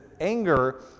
anger